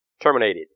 terminated